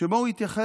שבה הוא התייחס